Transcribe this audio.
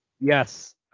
Yes